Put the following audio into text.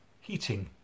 heating